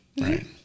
right